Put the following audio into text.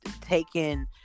taken